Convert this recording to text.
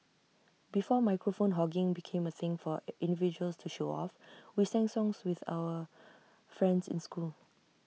before microphone hogging became A thing for individuals to show off we sang songs with our friends in school